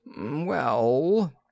Well